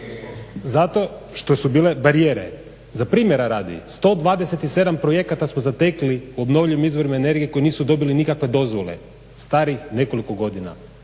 Zato što su bile barijere. Za primjera radi, 127 projekata smo zatekli u obnovljivim izvorima energije koji nisu dobili nikakve dozvole, stari nekoliko godina.